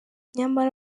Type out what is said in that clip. nyamara